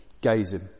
gazing